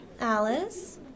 Alice